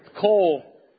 coal